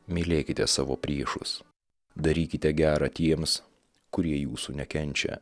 mylėkite savo priešus darykite gera tiems kurie jūsų nekenčia